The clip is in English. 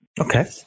Okay